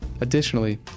Additionally